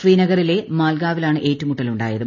ശ്രീനഗറിലെ മാൽഗാപിലാണ് ഏറ്റുമുട്ടലുണ്ടായത്